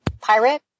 pirate